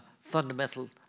fundamental